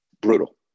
Brutal